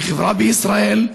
כחברה בישראל,